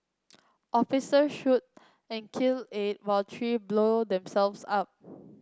officers shoot and kill eight while three blow themselves up